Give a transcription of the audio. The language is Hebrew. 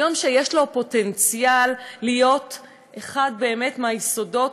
יום שיש לו פוטנציאל להיות באמת אחד מהיסודות